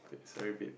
sorry babe